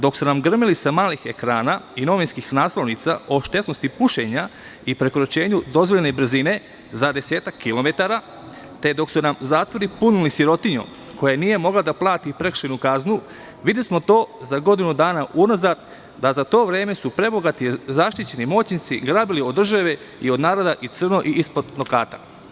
Dok ste nam grmeli sa malih ekrana i novinskih naslovnica o štetnosti pušenja i prekoračenju dozvoljene brzine za 10-ak kilometara, te dok su nam zatvori punjeni sirotinjom koja nije mogla da plati prekršajnu kaznu, videli smo to za godinu dana unazad da su za to vreme prebogati zaštićeni moćnici grabili od države i od naroda i crno ispod nokata.